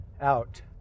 Out